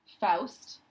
Faust